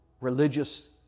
religious